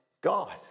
God